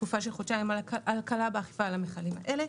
תקופה של חודשיים להקלה באכיפה על המכלים האלה.